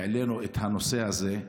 העלינו את הנושא הזה,